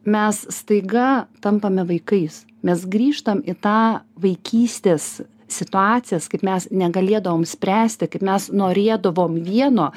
mes staiga tampame vaikais mes grįžtam į tą vaikystės situacijas kaip mes negalėdavom spręsti kaip mes norėdavom vieno